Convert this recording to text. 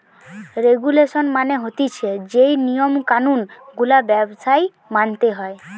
regulation মানে হতিছে যেই নিয়ম কানুন গুলা ব্যবসায় মানতে হয়